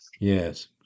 Yes